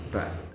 but